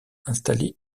installé